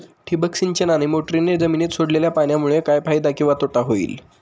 ठिबक सिंचन आणि मोटरीने जमिनीत सोडलेल्या पाण्यामुळे काय फायदा किंवा तोटा होईल?